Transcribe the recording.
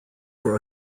for